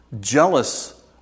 Jealous